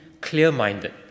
clear-minded